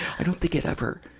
i don't think it ever,